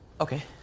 Okay